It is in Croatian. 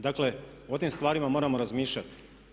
Dakle o tim stvarima moramo razmišljati.